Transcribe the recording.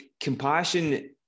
compassion